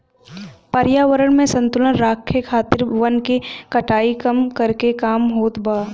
पर्यावरण में संतुलन राखे खातिर वन के कटाई कम करके काम होत बा